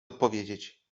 odpowiedzieć